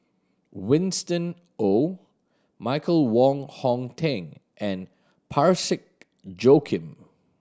Winston Oh Michael Wong Hong Teng and Parsick Joaquim